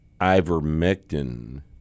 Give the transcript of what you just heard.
ivermectin